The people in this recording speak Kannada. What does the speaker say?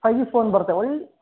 ಫೈ ಜಿ ಫೋನ್ ಬರತ್ತೆ ಒಳ್